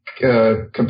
compare